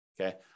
Okay